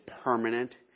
permanent